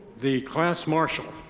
the class marshal.